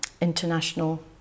international